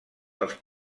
dels